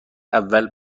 اول